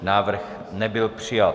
Návrh nebyl přijat.